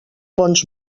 bons